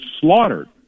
slaughtered